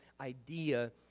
idea